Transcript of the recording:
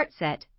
Heartset